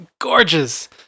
gorgeous